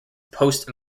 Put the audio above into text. post